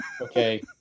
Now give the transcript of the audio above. Okay